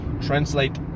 Translate